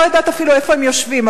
לא יודעת אפילו איפה הם יושבים,